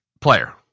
player